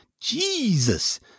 Jesus